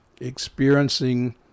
experiencing